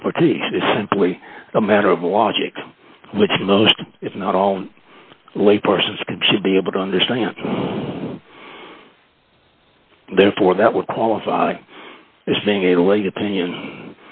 expertise it's simply a matter of logic which most if not all lay persons can should be able to understand therefore that would qualify as being a too late opinion